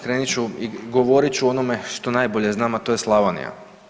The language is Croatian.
Krenut ću i govorit ću o onome što najbolje znam, a to je Slavonija.